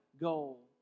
goal